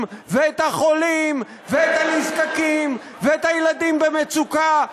ואת החולים ואת הנזקקים ואת הילדים במצוקה.